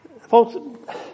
Folks